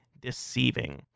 deceiving